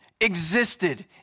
existed